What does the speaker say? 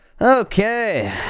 Okay